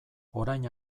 orain